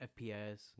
FPS